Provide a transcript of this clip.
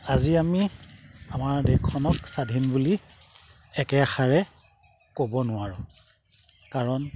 আজি আমি আমাৰ দেশখনক স্বাধীন বুলি একেষাৰে ক'ব নোৱাৰোঁ কাৰণ